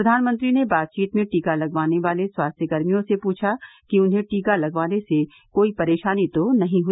प्रधानमंत्री ने बातचीत में टीका लगवाने वाले स्वास्थ्यकर्मियों से पूछा कि उन्हें टीका लगवाने से कोई परेशानी तो नहीं है